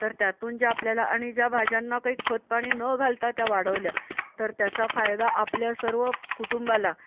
तर त्यातून ज्या आपल्याला आणि ज्या भाज्यांना काही खतपाणी न घालता त्या वाढवल्या तर त्याचा फायदा आपल्या सर्व कुटुंबाला